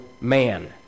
man